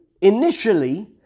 initially